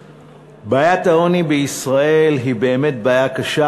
בעיית העוני בישראל היא באמת בעיה קשה,